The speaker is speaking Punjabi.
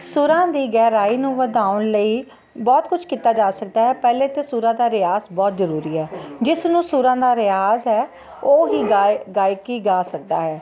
ਸੁਰਾਂ ਦੀ ਗਹਿਰਾਈ ਨੂੰ ਵਧਾਉਣ ਲਈ ਬਹੁਤ ਕੁਛ ਕੀਤਾ ਜਾ ਸਕਦਾ ਹੈ ਪਹਿਲੇ ਤਾਂ ਸੁਰਾਂ ਦਾ ਰਿਆਜ਼ ਬਹੁਤ ਜ਼ਰੂਰੀ ਹੈ ਜਿਸ ਨੂੰ ਸੁਰਾਂ ਦਾ ਰਿਆਜ਼ ਹੈ ਉਹ ਹੀ ਗਾਏ ਗਾਇਕੀ ਗਾ ਸਕਦਾ ਹੈ